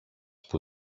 που